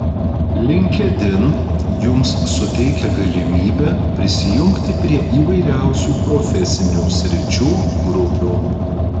linkedin jums suteikia galimybę prisijungti prie įvairiausių profesinių sričių grupių